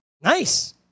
Nice